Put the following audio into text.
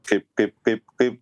kaip kaip kaip kaip